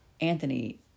Anthony